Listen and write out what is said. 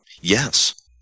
Yes